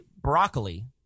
broccoli